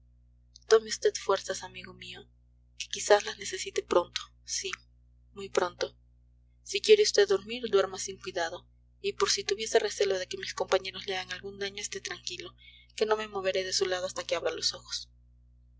tome vd fuerzas amigo mío que quizás las necesite pronto sí muy pronto si quiere vd dormir duerma sin cuidado y por si tuviese recelo de que mis compañeros le hagan algún daño esté tranquilo que no me moveré de su lado hasta que abra los ojos